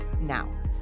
Now